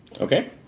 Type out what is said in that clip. Okay